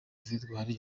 victoire